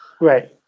Right